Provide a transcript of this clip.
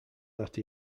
that